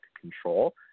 control